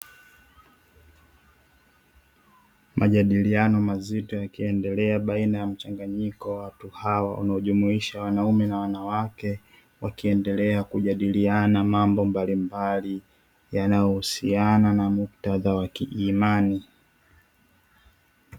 Majadiliano mazito yakiendelea baina ya mchanganyiko wa watu hao unaojumuisha wanaume na wanawake, wakiendelea kujadiliana mambo mbalimbali yanayohusiana na muktadha wa kiimani.